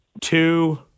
two